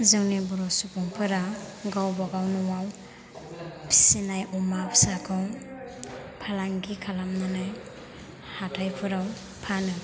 जोंनि बर' सुबुंफोरा गावबागाव न'आव फिसिनाय अमा फिसाखौ फालांगि खालामनानै हाथायफोराव फानो